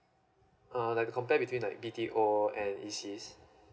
uh like compare between like B_T_O and E_C